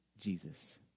Jesus